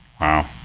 Wow